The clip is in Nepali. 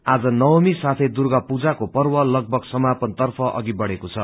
आज नवमीको साथै दुर्गा प्राको पर्व लगभग समापनको तर्फ अघि बढ़ेको छ